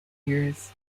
years